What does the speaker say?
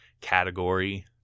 category